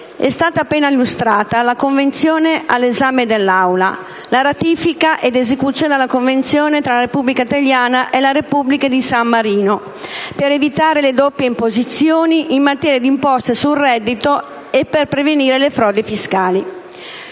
è stato appena illustrato il disegno di legge all'esame dell'Aula concernente la ratifica ed esecuzione della Convenzione tra la Repubblica italiana e la Repubblica di San Marino per evitare le doppie imposizioni in materia di imposte sul reddito e per prevenire le frodi fiscali.